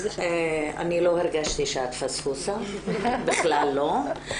אני לא הרגשתי שאת פספוסה, בכלל לא.